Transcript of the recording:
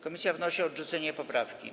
Komisja wnosi o odrzucenie poprawki.